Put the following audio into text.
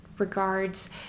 regards